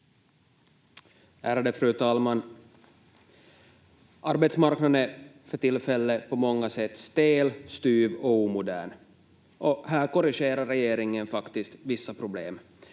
Ärade fru talman! Arbetsmarknaden är för tillfället på många sätt stel, styv och omodern, och här korrigerar regeringen faktiskt vissa problem.